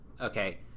Okay